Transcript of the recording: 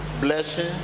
blessing